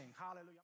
Hallelujah